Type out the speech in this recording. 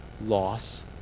Loss